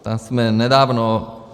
Tam jsme nedávno...